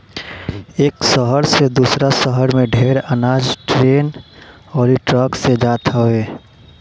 एक शहर से दूसरा शहर में ढेर अनाज ट्रेन अउरी ट्रक से जात हवे